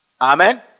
Amen